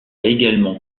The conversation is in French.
également